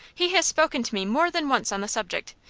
he has spoken to me more than once on the subject.